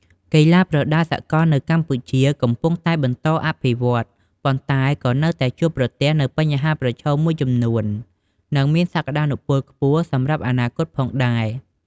កីឡាប្រដាល់សកលនៅកម្ពុជាកំពុងតែបន្តអភិវឌ្ឍ ប៉ុន្តែក៏នៅតែជួបប្រទះនូវបញ្ហាប្រឈមមួយចំនួន និងមានសក្ដានុពលខ្ពស់សម្រាប់អនាគតផងដែរ។